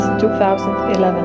2011